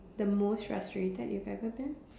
the most frustrated you've ever been